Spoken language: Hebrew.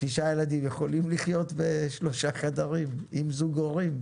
תשעה ילדים יכולים לחיות בשלושה חדרים עם זוג הורים?